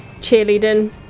cheerleading